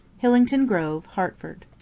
hillington grove, hertford.